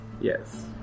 Yes